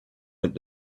went